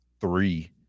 three